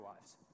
lives